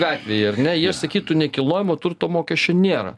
gatvėj ar ne jie sakytų nekilnojamo turto mokesčio nėra